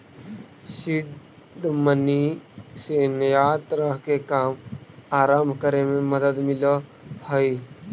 seed money से नया तरह के काम आरंभ करे में मदद मिलऽ हई